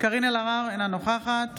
קארין אלהרר, אינה נוכחת